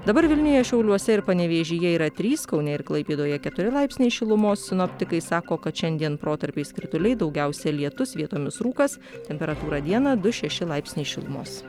dabar vilniuje šiauliuose ir panevėžyje yra trys kaune ir klaipėdoje keturi laipsniai šilumos sinoptikai sako kad šiandien protarpiais krituliai daugiausia lietus vietomis rūkas temperatūra dieną du šeši laipsniai šilumos